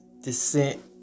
descent